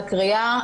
לקריאה.